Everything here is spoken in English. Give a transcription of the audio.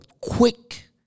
quick